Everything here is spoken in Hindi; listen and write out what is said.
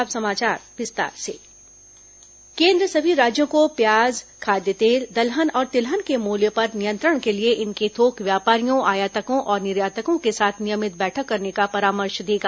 अब समाचार विस्तार से खाद्य बैठक केंद्र सभी राज्यों को प्याज खाद्य तेल दलहन और तिलहन के मूल्य पर नियंत्रण के लिए इनके थोक व्यापारियों आयातकों और निर्यातकों के साथ नियमित बैठक करने का परामर्श देगा